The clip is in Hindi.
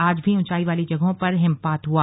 आज भी ऊंचाई वाली जगहों पर हिमपात हुआ